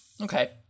Okay